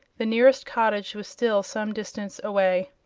the nearest cottage was still some distance away.